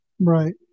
Right